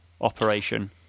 operation